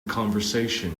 conversation